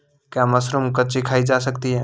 क्या मशरूम कच्ची खाई जा सकती है?